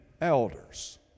elders